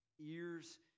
ears